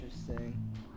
interesting